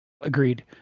Agreed